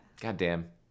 Goddamn